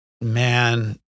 man